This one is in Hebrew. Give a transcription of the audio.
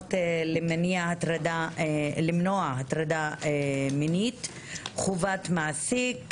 לתקנות למניעת הטרדה מינית (חובות מעסיק),